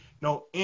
no